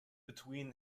between